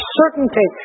certainty